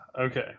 Okay